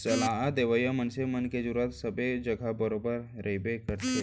सलाह देवइया मनसे मन के जरुरत सबे जघा बरोबर रहिबे करथे